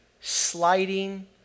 sliding